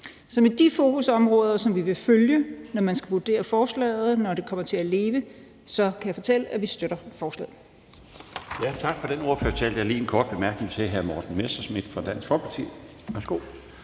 Så med de fokusområder, som vi vil følge, når man skal vurdere forslaget, når det kommer til at leve, kan jeg fortælle, at vi støtter forslaget. Kl. 16:13 Den fg. formand (Bjarne Laustsen): Tak for den ordførertale. Der er lige en kort bemærkning til hr. Morten Messerschmidt fra Dansk Folkeparti. Værsgo.